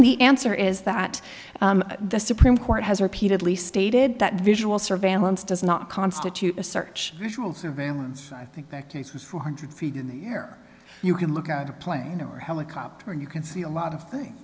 the answer is that the supreme court has repeatedly stated that visual surveillance does not constitute a search visual surveillance and i think back to two hundred feet in the air you can look at a plane or a helicopter and you can see a lot of things